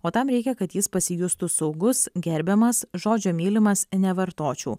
o tam reikia kad jis pasijustų saugus gerbiamas žodžio mylimas nevartočiau